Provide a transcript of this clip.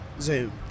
Zoom